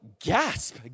gasp